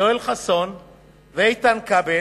יואל חסון ואיתן כבל,